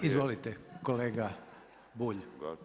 Izvolite kolega Bulj.